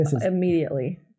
immediately